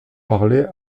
parler